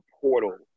portal